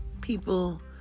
people